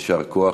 יישר כוח.